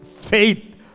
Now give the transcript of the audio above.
faith